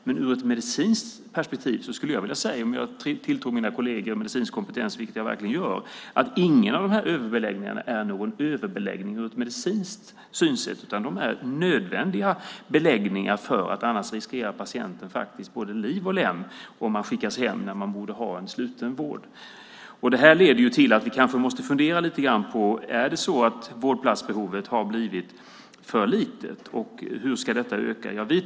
Men ur ett medicinskt perspektiv skulle jag vilja säga - om jag tilltror mina kolleger medicinsk kompetens, vilket jag verkligen gör - att inga av de här överbeläggningarna är någon överbeläggning utifrån ett medicinskt synsätt. De är nödvändiga beläggningar, för annars riskerar patienter både liv och lem om de skickas hem när de borde ha sluten vård. Det här leder till att vi kanske måste fundera lite grann på om vårdplatsantalet har blivit för litet och hur detta i så fall ska öka.